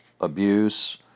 abuse